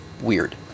weird